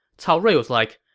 cao rui was like,